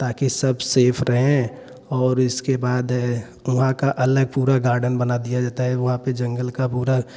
ताकी सब सेफ रहें और इसके बाद वहाँ का अलग पूरा गार्डन बना दिया जाता है वहाँ पर जंगल का भूरा